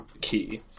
Key